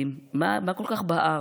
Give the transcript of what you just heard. מה כל כך בער?